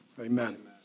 amen